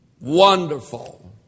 wonderful